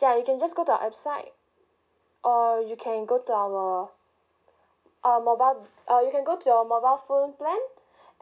ya you can just go to our website or you can go to our our mobile uh you can go to your mobile phone plan